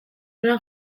nuen